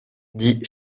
dix